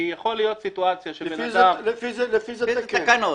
כי יכול להיות סיטואציה שבן אדם --- לפי איזה תקן?